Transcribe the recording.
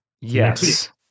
Yes